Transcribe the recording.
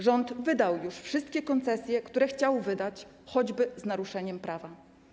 Rząd wydał już wszystkie koncesje, które chciał wydać, choćby z naruszeniem prawa.